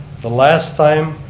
the last time,